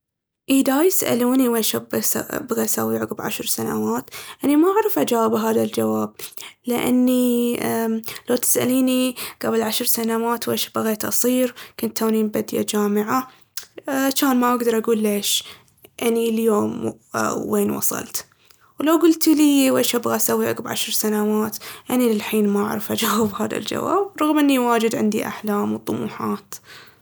إذا يسألوني ويش أب- أبغى أسوي عقب عشر سنوات، أني ما أعرف أجاوب هذا الجواب، لأني أمم لو تسأليني قبل عشر سنوات ويش بغيت أصير، كنت توني مبدية جامعة، جان ما أقدر أقول ليش أني اليوم وين وصلت. ولو قلتوا ليي ويش أبغى أسوي عقب عشر سنوات، أني للحين ما أعرف أجاوب هذا الجواب. رغم إني واجد عندي أحلام وطموحات.